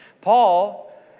Paul